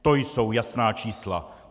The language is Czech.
To jsou jasná čísla.